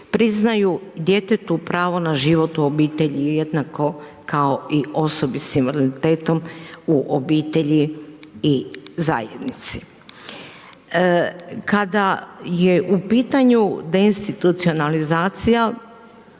priznaju djetetu pravo na život u obitelji jednako kao i osobi s invaliditetom u obitelji i zajednici. Kada je u pitanju deinstitucionalizacija